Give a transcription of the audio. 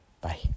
Bye